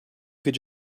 could